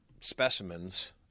specimens